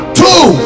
two